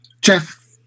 jeff